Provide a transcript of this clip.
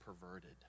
perverted